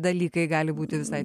dalykai gali būti visai